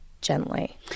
gently